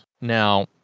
now